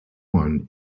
one